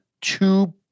two